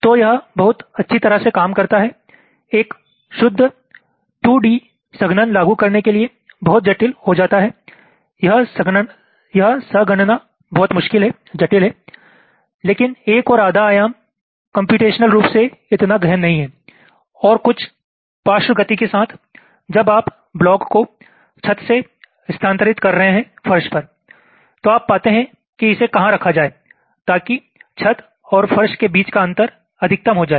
तो यह बहुत अच्छी तरह से काम करता है एक शुद्ध 2D संघनन लागू करने के लिए बहुत जटिल हो जाता है यह संगणना बहुत मुश्किल हैं जटिल है लेकिन एक और आधा आयाम कम्प्यूटेशनल रूप से इतना गहन नहीं है और कुछ पार्श्व गति के साथ जब आप ब्लॉक को छत से स्थानांतरित कर रहे हैं फर्श पर तो आप पाते हैं कि इसे कहाँ रखा जाए ताकि छत और फर्श के बीच का अंतर अधिकतम हो जाए